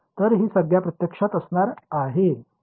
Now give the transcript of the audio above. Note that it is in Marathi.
तर ही संज्ञा प्रत्यक्षात असणार आहे